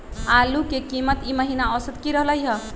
आलू के कीमत ई महिना औसत की रहलई ह?